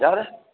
ꯌꯥꯔꯦ